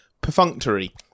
perfunctory